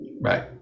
right